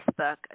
Facebook